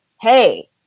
hey